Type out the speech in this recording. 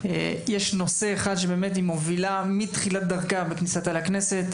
יש נושא אחד שבאמת היא מובילה מתחילת דרכה ומכניסתה לכנסת,